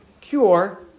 cure